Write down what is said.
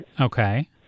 Okay